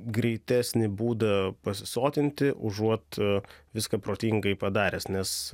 greitesnį būdą pasisotinti užuot viską protingai padaręs nes